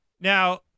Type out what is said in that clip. now